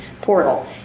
portal